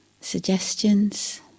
suggestions